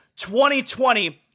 2020